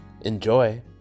Enjoy